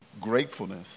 gratefulness